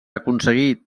aconseguir